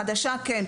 החדשה, כן.